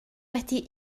wedi